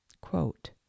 quote